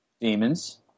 Demons